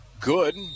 Good